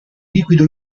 liquido